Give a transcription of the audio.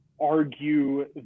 argue